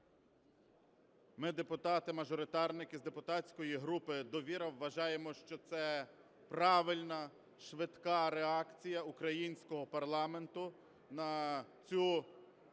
Ми, депутати-мажоритарники, з депутатської групи "Довіра" вважаємо, що це правильна швидка реакція українського парламенту на цю складну